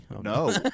No